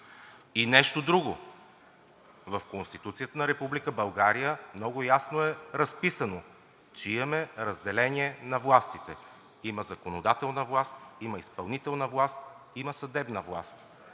И нещо друго. В Конституцията на Република България много ясно е разписано, че имаме разделение на властите. Има законодателна власт, има изпълнителна власт, има съдебна власт.